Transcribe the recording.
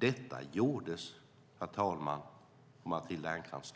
Detta gjordes inte tidigare, Matilda Ernkrans.